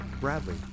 Bradley